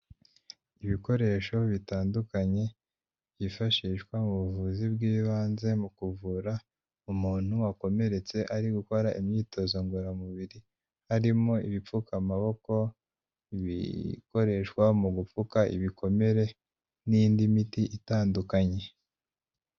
Ibikoresho bitandukanye byifashishwa mu buvuzi bw'ibanze mu kuvura umuntu wakomeretse ari gukora imyitozo ngororamubiri, harimo ibipfukamaboko ibikoreshwa mu gupfuka ibikomere n'indi miti itandukanye.